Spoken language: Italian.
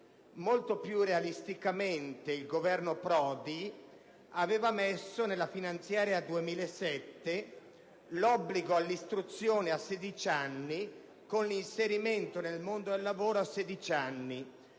molto più realisticamente il Governo Prodi aveva inserito nella finanziaria 2007 l'obbligo all'istruzione fino a 16 anni di età, con l'inserimento nel mondo del lavoro a 16 anni.